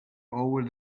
over